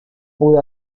pude